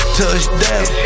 touchdown